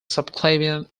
subclavian